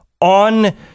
on